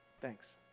Thanks